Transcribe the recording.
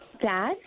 dad